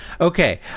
okay